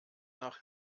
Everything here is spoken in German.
nach